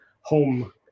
home